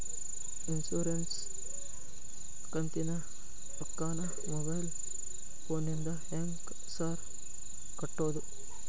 Insurance ಕಂತಿನ ರೊಕ್ಕನಾ mobile ಫೋನಿಂದ ಹೆಂಗ್ ಸಾರ್ ಕಟ್ಟದು?